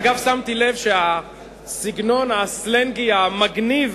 אגב, שמתי לב, שהסגנון הסלנגי "המגניב"